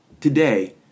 today